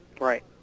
Right